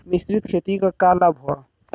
मिश्रित खेती क का लाभ ह?